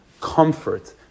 comfort